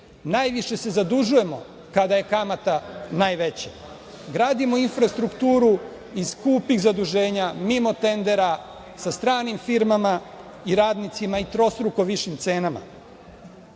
Najviše se zadužujemo kada je kamata najveća. Gradimo infrastrukturu iz skupih zaduženja mimo tendera, sa stranim firmama i radnicima i trostruko višim cenama.